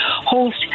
host